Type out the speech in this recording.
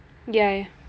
ya